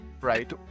Right